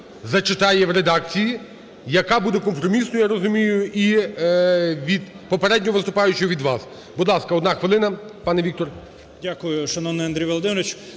Дякую, шановний Андрій Володимирович.